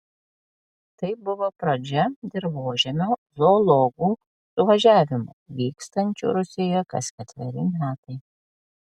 tai buvo pradžia dirvožemio zoologų suvažiavimų vykstančių rusijoje kas ketveri metai